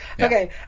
Okay